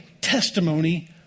testimony